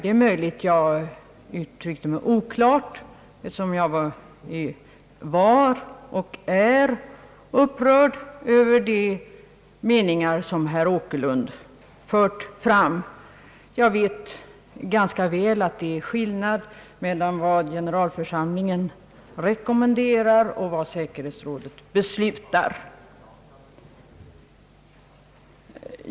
Det är möjligt att jag uttryckte mig oklart, eftersom jag var och fortfarande är upprörd över de meningar som herr Åkerlund förde fram. Jag vet ganska väl att det är skillnad mellan vad generalförsamlingen rekommenderar och vad säkerhetsrådet beslutar.